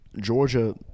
Georgia